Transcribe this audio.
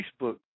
Facebook